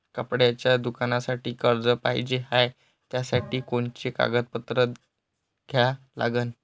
कपड्याच्या दुकानासाठी कर्ज पाहिजे हाय, त्यासाठी कोनचे कागदपत्र द्या लागन?